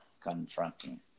confronting